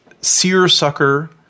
seersucker